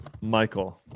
Michael